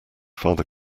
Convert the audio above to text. father